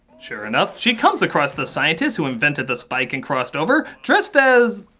sure enough, she comes across the scientist who invented the spike and crossed over dressed as.